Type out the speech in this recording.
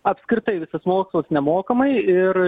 apskritai visas mokslas nemokamai ir